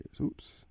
Oops